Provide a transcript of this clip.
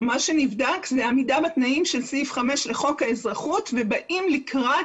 מה שנבדק זה עמידה בתנאים של סעיף 5 לחוק האזרחות ובאים לקראת.